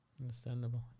Understandable